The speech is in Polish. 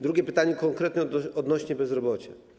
Drugie pytanie, konkretnie odnośnie do bezrobocia.